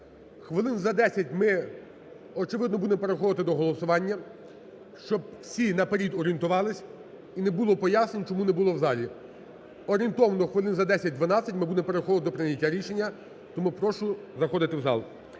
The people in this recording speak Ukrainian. Хвилин за десять ми, очевидно, будемо переходити до голосування, щоб всі наперед орієнтувалися і не було пояснень чому не було в залі. Орієнтовно, хвилин за десять, дванадцять ми будемо переходити до прийняття рішення, тому прошу заходити в зал.